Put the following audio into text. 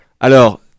Alors